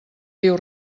diu